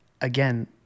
again